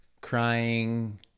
crying